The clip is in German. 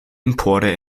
empore